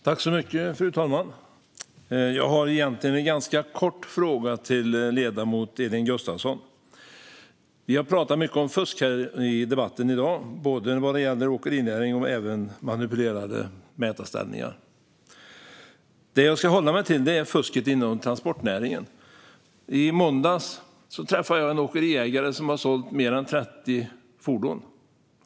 Fru talman! Jag har en ganska kort fråga till ledamoten Elin Gustafsson. Vi har talat mycket om fusk i dagens debatt, både vad gäller åkerinäringen och manipulerade mätarställningar. Jag ska hålla mig till fusket inom transportnäringen. I måndags träffade jag en åkeriägare som hade sålt mer än 30 fordon.